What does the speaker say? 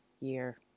year